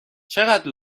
چقدر